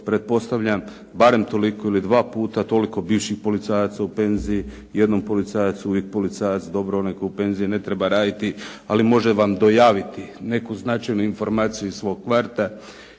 pretpostavljam, barem toliko ili 2 puta toliko bivših policajaca u penziji, jednom policajac uvijek policajac. Dobro onaj tko je penziji ne treba javiti, ali može vam dojaviti neku značajnu informaciju iz svog kvarta.